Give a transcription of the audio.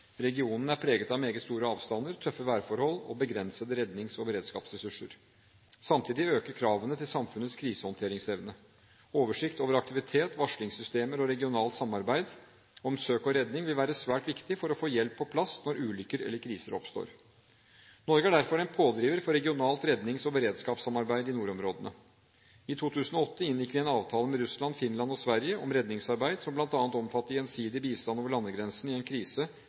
Regionen er preget av meget store avstander, tøffe værforhold og begrensede rednings- og beredskapsressurser. Samtidig øker kravene til samfunnets krisehåndteringsevne. Oversikt over aktivitet, varslingssystemer og regionalt samarbeid om søk og redning vil være svært viktige for å få hjelp på plass når ulykker eller kriser oppstår. Norge er derfor en pådriver for regionalt rednings- og beredskapssamarbeid i nordområdene. I 2008 inngikk vi en avtale med Russland, Finland og Sverige om redningsarbeid, som bl.a. omfatter gjensidig bistand over landegrensene i en krise-